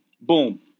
Boom